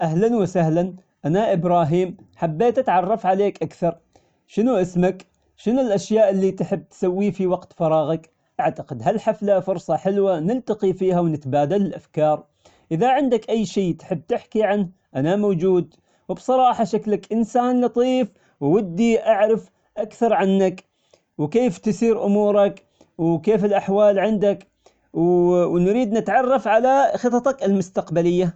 أهلا وسهلا أنا إبراهيم حبيت أتعرف عليك أكثر، شنو اسمك؟ شنو الأشياء اللي تحب تسويه في وقت فراغك؟ أعتقد هالحفلة فرصة حلوة نلتقي فيها ونتبادل الأفكار، إذا عندك أي شي تحب تحكي عنه أنا موجود وبصراحة شكلك إنسان لطيف وودي أعرف أكثر عنك، وكيف تسير أمورك؟ وكيف الأحوال عندك؟ و-ونريد نتعرف على خططك المستقبلية.